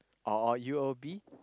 or or U_O_B